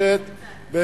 מחירי הנחושת ב-25%.